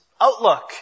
Outlook